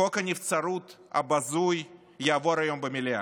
חוק הנבצרות הבזוי יעבור היום במליאה,